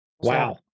Wow